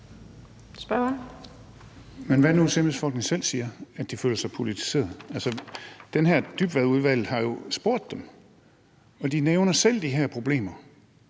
(ALT): Men hvad nu, hvis embedsfolkene selv siger, at de føler sig politiseret? Altså, Dybvadudvalget har jo spurgt dem, og de nævner selv de her problemer.